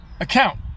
account